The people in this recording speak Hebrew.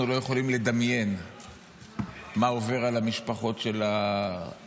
אנחנו לא יכולים לדמיין מה עובר על המשפחות של החטופים.